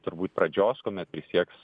turbūt pradžios kuomet prisieks